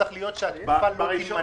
צריך להיות שהתקופה לא תימנה,